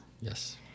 Yes